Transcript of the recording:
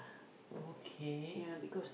okay